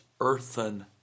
earthen